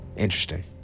interesting